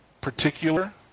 particular